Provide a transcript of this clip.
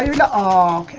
and all